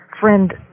friend